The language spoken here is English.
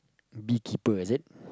beekeeper is it